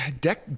deck